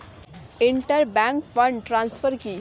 Inter bank fund transfer কি?